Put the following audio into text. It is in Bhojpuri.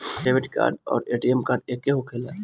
डेबिट कार्ड आउर ए.टी.एम कार्ड एके होखेला?